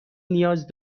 نیاز